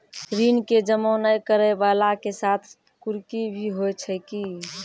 ऋण के जमा नै करैय वाला के साथ कुर्की भी होय छै कि?